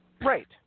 Right